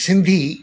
Sindhi